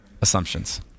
assumptions